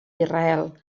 israel